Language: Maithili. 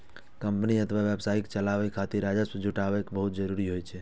कंपनी अथवा व्यवसाय चलाबै खातिर राजस्व जुटायब बहुत जरूरी होइ छै